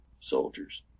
soldiers